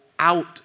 out